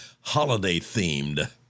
holiday-themed